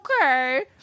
okay